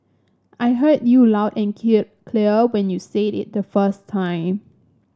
I heard you loud and clear when you said it the first time